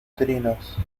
trinos